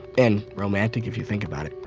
and romantic, if you think about it.